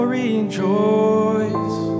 rejoice